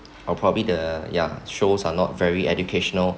are probably the yeah shows are not very educational